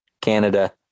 Canada